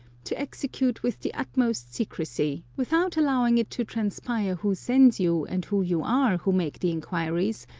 to execute with the utmost secrecy, without allowing it to transpire who sends you and who you are who make the inquiries,